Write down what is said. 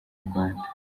rwanda